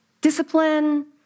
discipline